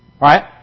Right